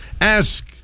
Ask